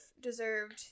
deserved